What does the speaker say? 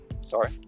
sorry